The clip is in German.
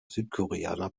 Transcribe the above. südkoreaner